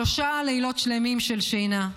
שלושה לילות שלמים של שינה.